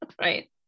Right